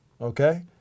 okay